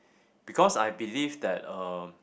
because I believe that uh